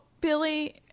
billy